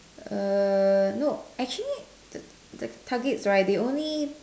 err no actually the the target is right they only